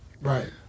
Right